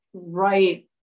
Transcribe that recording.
right